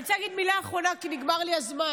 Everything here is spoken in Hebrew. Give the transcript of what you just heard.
אני רוצה להגיד מילה אחרונה, כי נגמר לי הזמן.